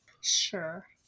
Sure